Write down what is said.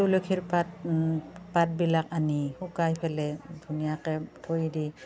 তুলসীৰ পাত পাতবিলাক আনি শুকাই পেলে ধুনীয়াকৈ থৈ দি